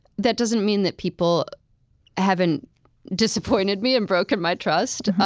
that doesn't mean that people haven't disappointed me and broken my trust.